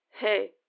Hey